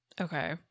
Okay